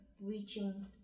reaching